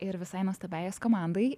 ir visai nuostabiai jos komandai